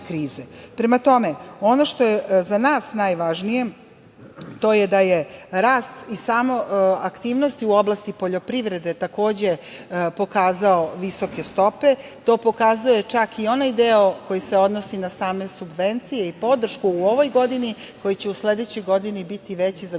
Prema tome, ono što je za nas najvažnije, to je da je rast i same aktivnosti u oblasti poljoprivrede takođe pokazalo visoke stope, to pokazuje čak i onaj deo koji se odnosi na same subvencije i podršku u ovoj godini, koji će u sledećoj godini biti veći za gotovo